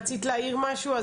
רצית להעיר משהו.